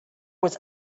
was